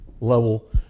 level